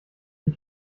die